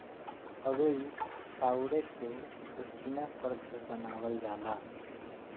फरुई चाउरे के उसिना करके बनावल जाला